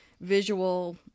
visual